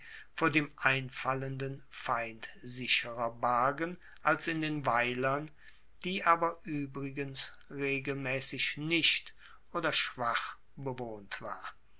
vor dem einfallenden feind sicherer bargen als in den weilern die aber uebrigens regelmaessig nicht oder schwach bewohnt war